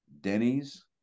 Denny's